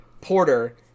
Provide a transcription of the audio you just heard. porter